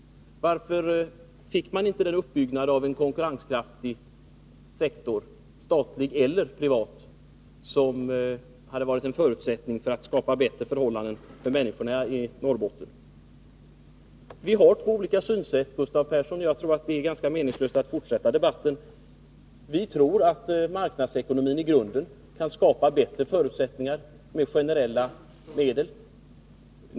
Varför fick man inte någon uppbyggnad av en konkurrenskraftig sektor, statlig eller privat, som hade varit en förutsättning för att skapa bättre förhållanden för människorna i Norrbotten? Vi har två olika synsätt, Gustav Persson, och jag tror att det är ganska meningslöst att fortsätta debatten. Vi tror i grunden att marknadskrafterna kan skapa bättre förutsättningar med generella medel.